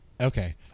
Okay